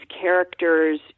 characters